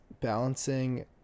balancing